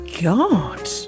god